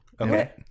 okay